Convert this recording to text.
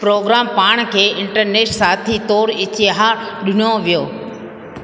programme पाण खे internet साथी तौरु इश्तहारु ॾिनो वियो